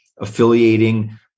affiliating